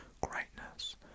greatness